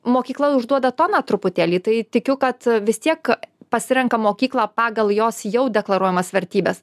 mokykla užduoda toną truputėlį tai tikiu kad vis tiek pasirenka mokyklą pagal jos jau deklaruojamas vertybes